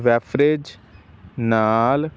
wafers ਨਾਲ